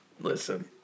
Listen